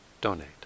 donate